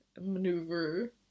maneuver